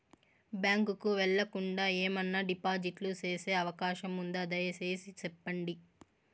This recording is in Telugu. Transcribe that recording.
బ్యాంకు కు వెళ్లకుండా, ఏమన్నా డిపాజిట్లు సేసే అవకాశం ఉందా, దయసేసి సెప్పండి?